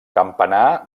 campanar